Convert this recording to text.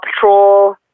Patrol